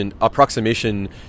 approximation